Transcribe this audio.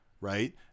right